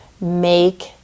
make